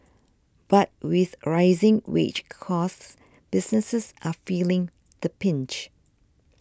but with rising wage costs businesses are feeling the pinch